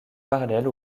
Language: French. parallèle